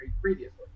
previously